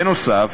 בנוסף,